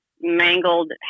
mangled